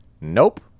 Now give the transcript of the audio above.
nope